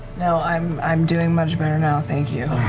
no, i'm i'm doing much better now, thank you.